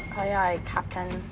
aye, aye, captain.